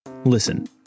Listen